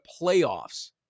playoffs